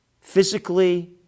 physically